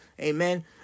Amen